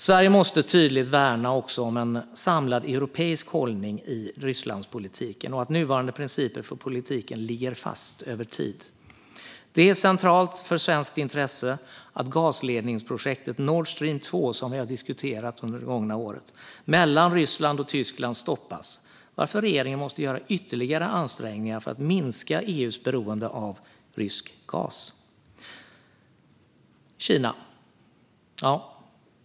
Sverige måste också tydligt värna om en samlad europeisk hållning i Rysslandspolitiken och att nuvarande principer för politiken ligger fast över tid. Det är centralt för svenskt intresse att gasledningsprojektet Nord Stream 2 mellan Ryssland och Tyskland, som vi har diskuterat under det gångna året, stoppas. Därför måste regeringen göra ytterligare ansträngningar för att minska EU:s beroende av rysk gas.